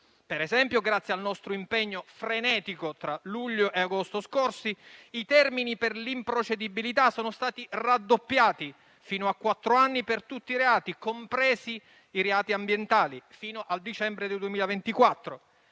nel 2018. Grazie al nostro impegno frenetico tra luglio e agosto scorsi, ad esempio, i termini per l'improcedibilità sono stati raddoppiati: fino a quattro anni per tutti i reati, compresi i reati ambientali, fino al dicembre del 2024;